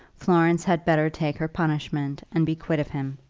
florence had better take her punishment, and be quit of him.